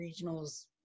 regionals